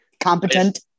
competent